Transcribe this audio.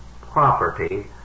property